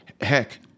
heck